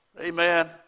amen